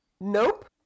nope